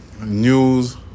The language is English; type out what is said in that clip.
news